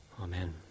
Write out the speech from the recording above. Amen